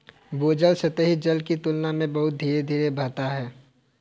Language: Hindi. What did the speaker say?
भूजल सतही जल की तुलना में बहुत धीरे धीरे बहता है